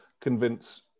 convince